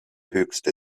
höchste